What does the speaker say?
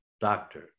doctor